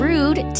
Rude